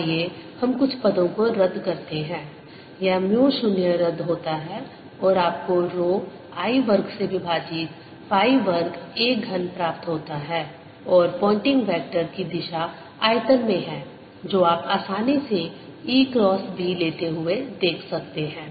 आइए हम कुछ पदों को रद्द करते हैं यह म्यू 0 रद्द होता है और आपको रो I वर्ग से विभाजित पाई वर्ग a घन प्राप्त होता है और पॉइनेटिंग वेक्टर की दिशा आयतन में है जो आप आसानी से E क्रॉस B लेते हुए देख सकते हैं